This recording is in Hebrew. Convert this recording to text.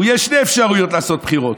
יש שתי אפשרויות לעשות בחירות: